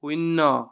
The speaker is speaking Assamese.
শূন্য